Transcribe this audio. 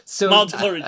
Multiple